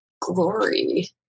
glory